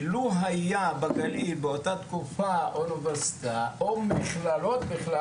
שלוּ הייתה בגליל באותה תקופה אוניברסיטה או מכללות בכלל